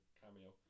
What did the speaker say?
cameo